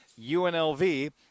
UNLV